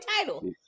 title